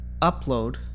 upload